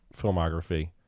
filmography